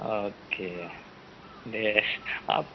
अके दे